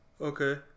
Okay